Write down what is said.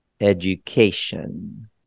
education